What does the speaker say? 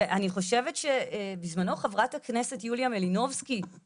אני חושבת שבזמנו חברת הכנסת יוליה מלינובסקי,